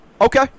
Okay